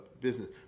business